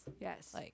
yes